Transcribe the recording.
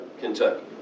Kentucky